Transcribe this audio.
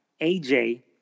AJ